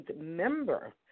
member